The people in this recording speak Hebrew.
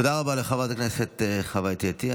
תודה רבה לחברת הכנסת חוה אתי עטייה.